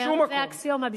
זאת אקסיומה בשבילי,